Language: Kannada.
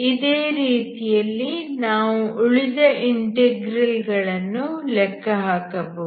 ಇದೇ ರೀತಿಯಲ್ಲಿ ನಾವು ಉಳಿದ ಇಂಟೆಗ್ರಲ್ ಗಳನ್ನು ಲೆಕ್ಕಹಾಕಬಹುದು